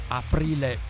aprile